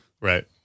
Right